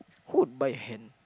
who would buy a hen